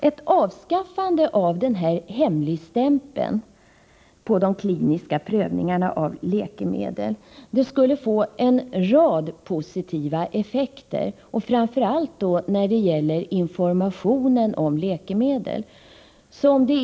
Ett avskaffande av hemligstämpeln på de kliniska prövningarna av läkemedel skulle få en rad positiva effekter, framför allt när det gäller informationen om läkemedel.